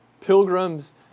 pilgrims